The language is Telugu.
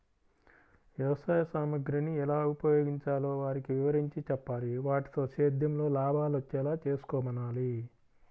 వ్యవసాయ సామగ్రిని ఎలా ఉపయోగించాలో వారికి వివరించి చెప్పాలి, వాటితో సేద్యంలో లాభాలొచ్చేలా చేసుకోమనాలి